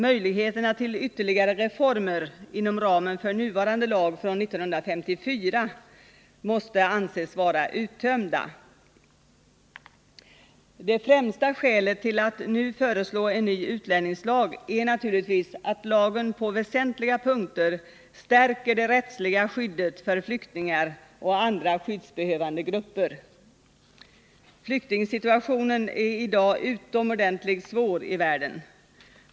Möjligheterna till ytterligare reformer inom ramen för nuvarande lag från 1954 måste anses vara uttömda. Det främsta skälet till att nu föreslå en utlänningslag är naturligtvis att lagen på väsentliga punkter stärker det rättsliga skyddet för flyktingar och andra skyddsbehövande grupper. Flyktingsituationen i världen är i dag utomordentligt svår.